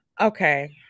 Okay